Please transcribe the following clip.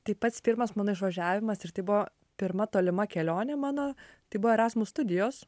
tai pats pirmas mano išvažiavimas ir tai buvo pirma tolima kelionė mano tai buvo erasmus studijos